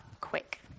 quick